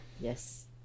Yes